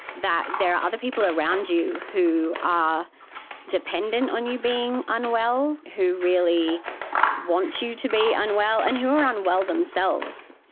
that there are other people around you who are dependent on you being unwell, who really want you to be unwell, and who are unwell themselves.